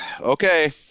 okay